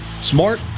smart